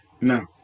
No